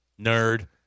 Nerd